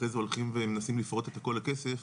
אחרי זה הולכים ומנסים לפרוט את כל הכסף,